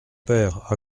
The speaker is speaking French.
père